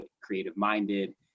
creative-minded